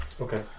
Okay